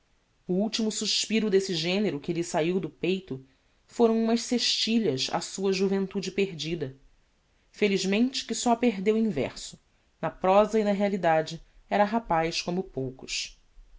o ultimo suspiro desse genero que lhe saiu do peito foram umas sextilhas á sua juventude perdida felizmente que só a perdeu em verso na prosa e na realidade era rapaz como poucos